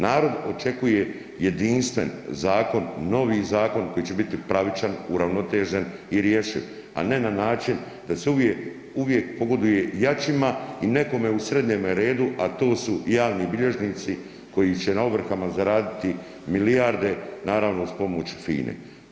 Narod očekuje jedinstven zakon, novi zakon koji će biti pravičan, uravnotežen i rješiv, a ne na način da se uvijek, uvijek pogoduje jačima i nekome u srednjeme redu, a to su javni bilježnici koji će na ovrhama zaraditi milijarde, naravno uz pomoć FINA-e.